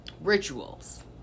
rituals